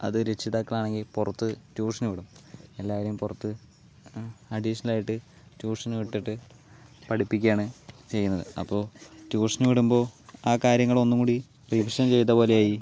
അത് രക്ഷിതാക്കൾ ആണെങ്കിൽ പുറത്ത് ട്യൂഷന് വിടും എല്ലാവരും പുറത്ത് അഡീഷണൽ ആയിട്ട് ട്യൂഷന് വിട്ടിട്ട് പഠിപ്പിക്കുകയാണ് ചെയ്യുന്നത് അപ്പോൾ ട്യൂഷന് വിടുമ്പോൾ ആ കാര്യങ്ങൾ ഒന്നുകൂടി റിവിഷൻ ചെയ്ത പോലെയായി